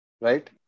right